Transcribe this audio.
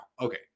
Okay